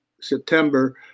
September